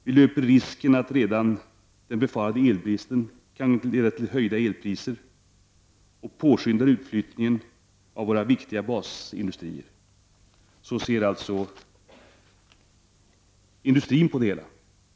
Vi löper risken att redan den befarade elbristen kan leda till höjda elpriser och påskynda utflyttningen av våra viktiga basindustrier.” Så ser alltså industrin på det hela.